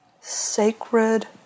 sacred